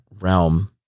realm